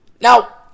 Now